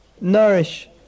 nourish